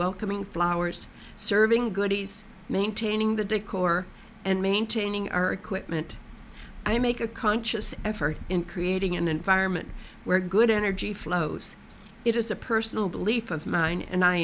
welcoming flowers serving goodies maintaining the decor and maintaining our equipment i make a conscious effort in creating an environment where good energy flows it is a personal belief of mine and i